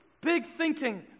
big-thinking